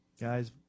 Guys